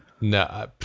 no